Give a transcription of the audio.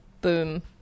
boom